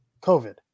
COVID